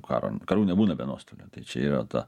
karo karų nebūna be nuostolių tai čia yra ta